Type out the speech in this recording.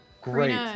Great